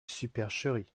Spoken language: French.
supercherie